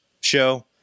show